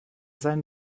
sein